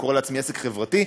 אני קורא לעצמי עסק חברתי.